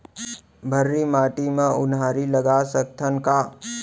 भर्री माटी म उनहारी लगा सकथन का?